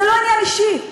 זה לא עניין אישי,